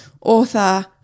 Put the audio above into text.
author